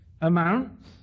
amounts